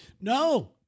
No